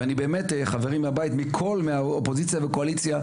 ואני באמת חברים מהבית מכל מהאופוזיציה והקואליציה,